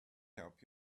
help